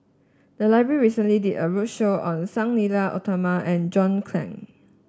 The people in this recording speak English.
the library recently did a roadshow on Sang Nila Utama and John Clang